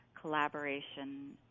collaboration